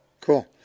Cool